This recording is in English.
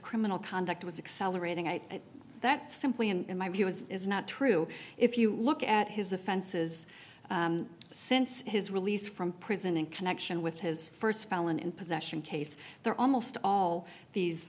criminal conduct was accelerating at that simply and in my view was is not true if you look at his offenses since his release from prison in connection with his st felon in possession case there almost all these